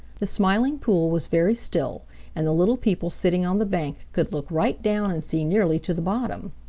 the smiling pool was very still and the little people sitting on the bank could look right down and see nearly to the bottom.